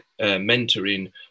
mentoring